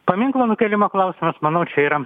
paminklo nukėlimo klausimas manau čia yra